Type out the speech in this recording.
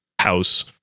house